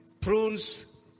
prunes